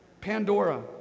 Pandora